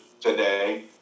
today